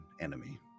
enemy